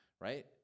right